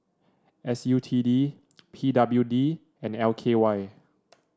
S U T D P W D and L K Y